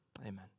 Amen